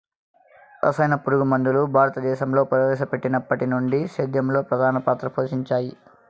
రసాయన పురుగుమందులు భారతదేశంలో ప్రవేశపెట్టినప్పటి నుండి సేద్యంలో ప్రధాన పాత్ర పోషించాయి